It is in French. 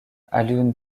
alioune